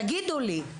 תגידו לי.